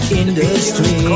industry